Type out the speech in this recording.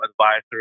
advisory